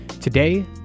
Today